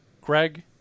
Greg